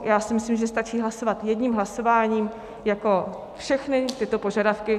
Já si myslím, že stačí hlasovat jedním hlasováním jako všechny tyto požadavky.